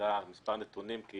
ולוועדה מספר נתונים,